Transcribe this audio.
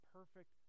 Perfect